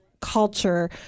Culture